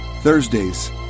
Thursdays